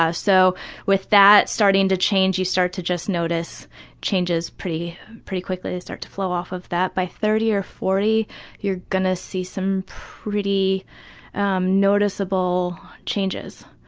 ah so with that starting to change you start to just notice changes pretty pretty quickly, they start to flow off of that. by thirty or forty you're going to see some pretty noticeable changes.